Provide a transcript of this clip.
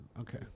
Okay